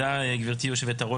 אני חושב שבתמצית,